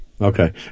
Okay